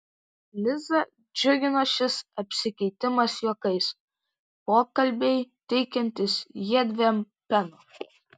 lizą džiugino šis apsikeitimas juokais pokalbiai teikiantys jiedviem peno